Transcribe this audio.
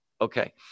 Okay